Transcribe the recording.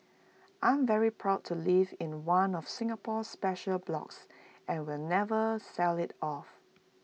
I'm very proud to live in one of Singapore's special blocks and will never sell IT off